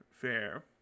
fair